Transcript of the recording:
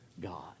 God